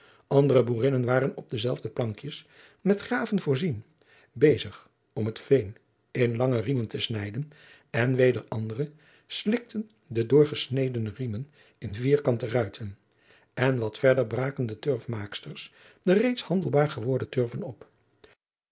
andere boerinnen waren op dezelfde plankjes met graven voorzien bezig om het veen in lange riemen te snijden en weder andere slikten de doorgesneden riemen in vierkante ruiten en wat verder braken de turfmaaksters de reeds handelbaar gewordene turven op